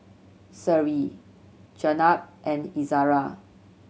Seri Jenab and Izzara